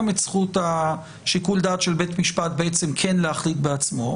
את זכות שיקול הדעת של בית משפט בעצם כן להחליט בעצמו,